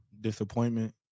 Disappointment